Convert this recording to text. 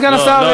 סגן השר,